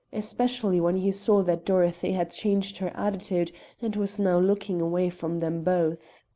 especially when he saw that dorothy had changed her attitude and was now looking away from them both.